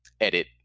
edit